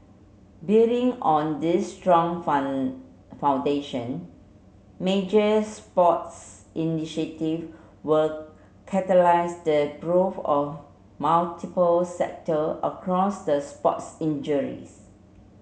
building on this strong foundation major sports initiative will catalyse the growth of multiple sector across the sports